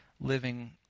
living